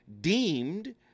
deemed